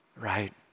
right